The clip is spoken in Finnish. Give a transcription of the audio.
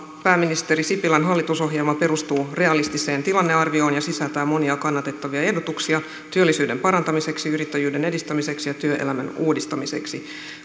pääministeri sipilän hallitusohjelma perustuu realistiseen tilannearvioon ja sisältää monia kannatettavia ehdotuksia työllisyyden parantamiseksi yrittäjyyden edistämiseksi ja työelämän uudistamiseksi